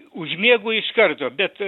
užmiegu iš karto bet